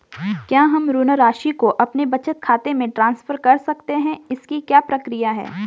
क्या हम ऋण राशि को अपने बचत खाते में ट्रांसफर कर सकते हैं इसकी क्या प्रक्रिया है?